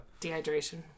Dehydration